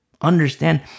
Understand